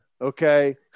Okay